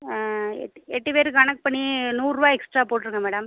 எட்டு எட்டு பேருக்கு கணக்கு பண்ணி நூறு ரூபா எக்ஸ்ட்ரா போட்ருங்கள் மேடம்